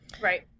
Right